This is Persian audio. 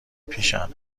پیشم